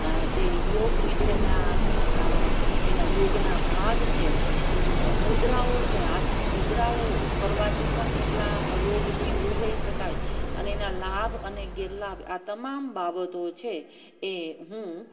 જે યોગ વિશેના એના યોગના ભાગ છે મુદ્રાઓ છે હાથની મુદ્રાઓ કરવાથી પણ કેટલા રોગથી દૂર રહી શકાય અને એના લાભ અને ગેરલાભ આ તમામ બાબતો છે એ હું